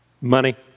Money